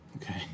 Okay